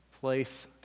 place